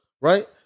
right